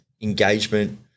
engagement